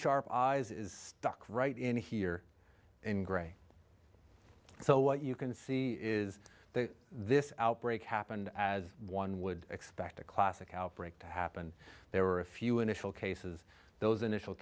sharp eyes is stuck right in here in gray so what you can see is this outbreak happened as one would expect a classic outbreak to happen there were a few initial cases those initial